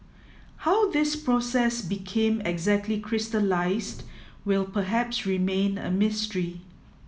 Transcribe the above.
how this process became exactly crystallised will perhaps remain a mystery